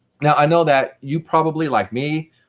now, i know that you probably, like me,